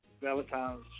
Valentine's